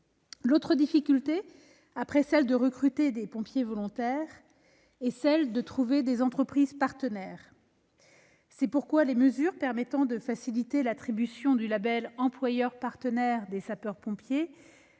L'autre difficulté, après le recrutement de pompiers volontaires, est de trouver des entreprises partenaires. C'est pourquoi les mesures permettant de faciliter l'attribution du label « employeur partenaire des sapeurs-pompiers »